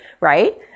right